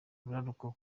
buraruko